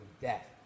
death